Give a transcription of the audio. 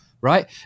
Right